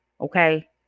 Okay